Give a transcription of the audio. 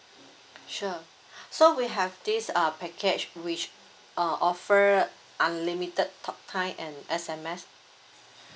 sure so we have this uh package which uh offer unlimited talk time and S_M_S